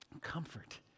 Comfort